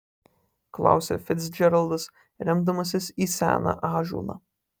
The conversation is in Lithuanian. klausia ficdžeraldas remdamasis į seną ąžuolą